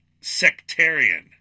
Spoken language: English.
sectarian